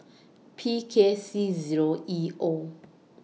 P K C Zero E O